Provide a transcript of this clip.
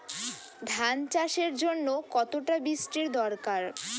ধান চাষের জন্য কতটা বৃষ্টির দরকার?